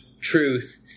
truth